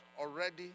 already